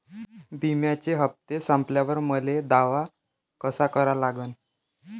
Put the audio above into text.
बिम्याचे हप्ते संपल्यावर मले दावा कसा करा लागन?